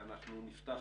אנחנו נפתח